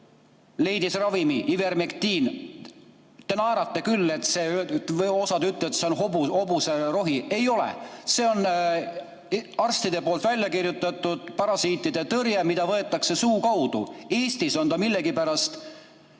leidis ravimi ivermektiin. Te küll naerate, osa ütleb, et see on hobuserohi. Ei ole, see on arstide poolt välja kirjutatud parasiitide tõrjeks, seda võetakse suu kaudu. Eestis ei ole see millegipärast